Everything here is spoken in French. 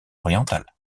orientales